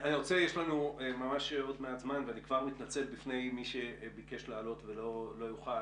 יש לנו ממש עוד מעט זמן ואני כבר מתנצל בפני מי שביקש לדבר ולא יוכל,